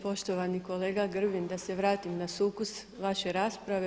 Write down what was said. Poštovani kolega Grbin, da se vratim na sukus vaše rasprave.